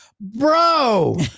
bro